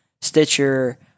Stitcher